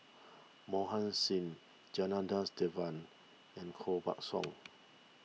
Mohan Singh Janadas Devan and Koh Buck Song